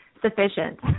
sufficient